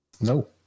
No